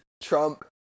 Trump